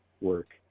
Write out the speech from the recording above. work